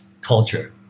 culture